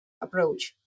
approach